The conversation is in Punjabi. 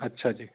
ਅੱਛਾ ਜੀ